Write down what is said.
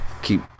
Keep